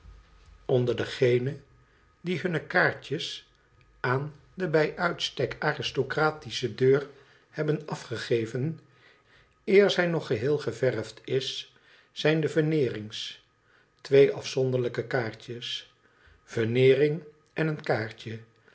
onder degenen die hunne kaartjes aan de bij uitstek aristocratische deur hebben afgegeven eer zij nog geheel geverfd is zijn de veneerings twee afzonderlijke kaartjes veneering en een kaartje